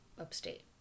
upstate